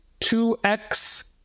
2x